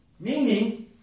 Meaning